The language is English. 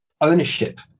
ownership